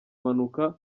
mpanuka